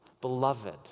beloved